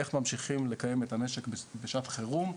איך ממשיכים לקיים את המשק בשעת חירום,